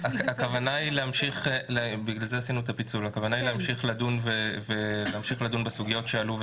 הכוונה היא להמשיך לדון בסוגיות שעלו וטרם נמצא להם פתרון.